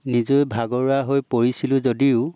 নিজেও ভাগৰুৱা হৈ পৰিছিলোঁ যদিও